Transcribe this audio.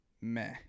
meh